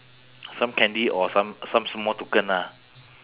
some candy or some some small token ah